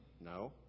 No